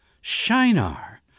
Shinar